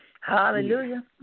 Hallelujah